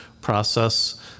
process